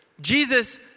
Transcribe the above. Jesus